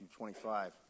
25